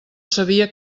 sabia